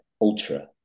ultra